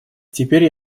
теперь